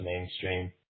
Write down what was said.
mainstream